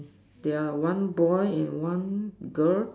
they are one boy and one girl